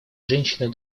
женщины